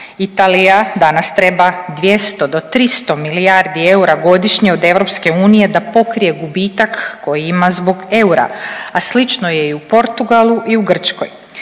Italija danas treba 200 do 300 milijardi eura godišnje od EU da pokrije gubitak koji ima zbog eura, a slično je i u Portugalu i u Grčkoj.